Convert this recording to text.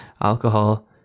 alcohol